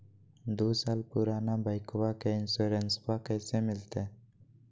दू साल पुराना बाइकबा के इंसोरेंसबा कैसे मिलते?